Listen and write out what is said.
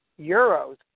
euros